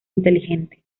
inteligente